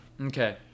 Okay